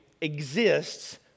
exists